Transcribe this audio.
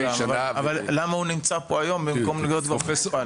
--- למה הוא נמצא פה היום במקום להיות כבר מטופל?